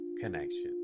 connection